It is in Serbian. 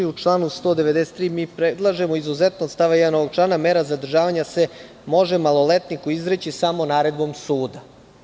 U članu 193. predlažemo izuzetno od stava 1 ovog člana, mera zadržavanja se može maloletniku izreći samo naredbom suda.